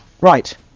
right